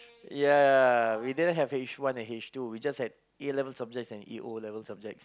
ya we didn't have H one and H two we just have A-level subjects and O-level subjects